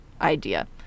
idea